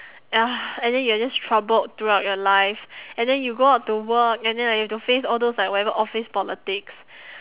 ya and then you are just troubled throughout your life and then you go out to work and then like you have to face all those like whatever office politics